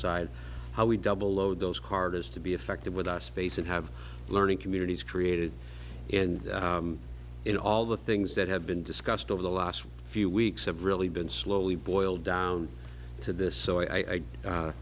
side how we double load those cardus to be effective with our space and have learning communities created and in all the things that have been discussed over the last few weeks have really been slowly boiled down to this so i